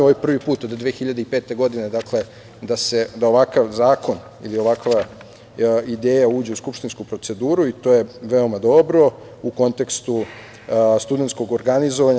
Ovo je prvi put od 2005. godine da ovakav zakon ili ovakva ideja uđe u skupštinsku proceduru i to je veoma dobro u kontekstu studenskog organizovanja.